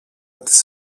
της